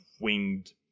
winged